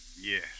Yes